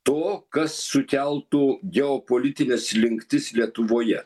to kas sukeltų geopolitines slinktis lietuvoje